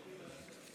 ההסתייגות